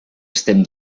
estem